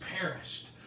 perished